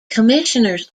commissioners